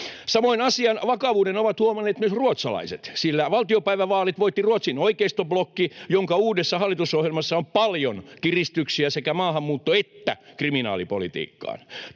Samoin asian vakavuuden ovat huomanneet myös ruotsalaiset, sillä valtiopäivävaalit voitti Ruotsin oikeistoblokki, jonka uudessa hallitusohjelmassa on paljon kiristyksiä sekä maahanmuutto- että kriminaalipolitiikkaan.